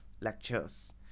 lectures